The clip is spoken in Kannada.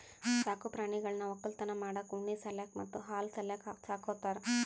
ಸಾಕ್ ಪ್ರಾಣಿಗಳನ್ನ್ ವಕ್ಕಲತನ್ ಮಾಡಕ್ಕ್ ಉಣ್ಣಿ ಸಲ್ಯಾಕ್ ಮತ್ತ್ ಹಾಲ್ ಸಲ್ಯಾಕ್ ಸಾಕೋತಾರ್